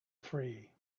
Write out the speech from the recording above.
three